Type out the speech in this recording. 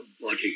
body